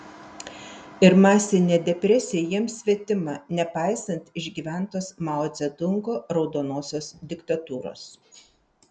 ir masinė depresija jiems svetima nepaisant išgyventos mao dzedungo raudonosios diktatūros